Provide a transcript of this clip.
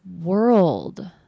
world